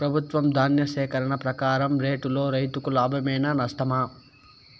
ప్రభుత్వం ధాన్య సేకరణ ప్రకారం రేటులో రైతుకు లాభమేనా నష్టమా?